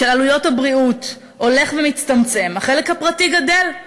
של עלויות הבריאות הולך ומצטמצם, החלק הפרטי גדל.